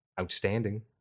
outstanding